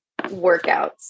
workouts